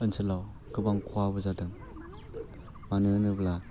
ओनसोलाव गोबां खहाबो जादों मानो होनोब्ला